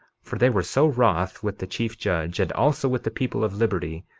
for they were so wroth with the chief judge, and also with the people of liberty,